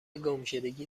گمشدگی